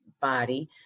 body